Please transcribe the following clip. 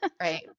Right